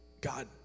god